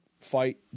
fight